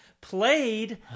played